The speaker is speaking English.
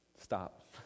stop